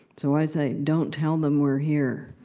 so, i say don't tell them we're here.